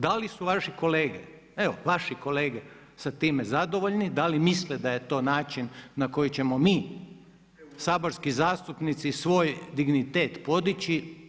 Da li su vaši kolege, evo vaši kolege sa time zadovoljni, da li misle da je to način na koji ćemo mi saborski zastupnici svoj dignitet podići?